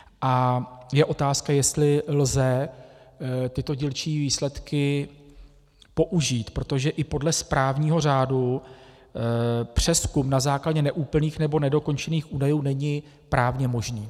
A je otázka, jestli lze tyto dílčí výsledky použít, protože i podle správního řádu přezkum na základě neúplných nebo nedokončených údajů není právně možný.